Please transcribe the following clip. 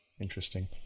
Interesting